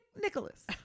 Nicholas